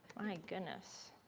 my goodness.